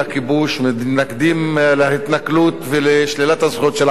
מתנגדים להתנכלות ולשלילת הזכויות של העם הפלסטיני,